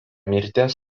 mirties